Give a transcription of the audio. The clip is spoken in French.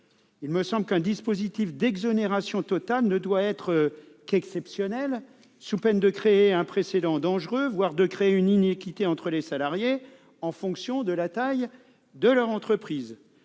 Il me semble qu'un dispositif d'exonération totale ne doit être qu'exceptionnel, sous peine de créer un précédent dangereux, voire de traiter de manière inéquitable les salariés en fonction de la taille de leur entreprise.